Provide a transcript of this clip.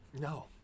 No